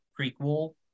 prequel